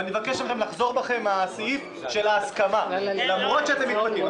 ולכן אני מבקש מכם לחזור בכם מהסעיף של ההסכמה.